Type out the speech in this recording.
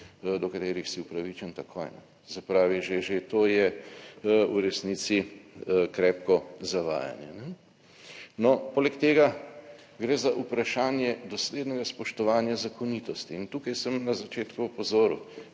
do katerih si upravičen takoj. Se pravi, že to je v resnici krepko zavajanje, ne? No, poleg tega, gre za vprašanje doslednega spoštovanja zakonitosti in tukaj sem na začetku opozoril,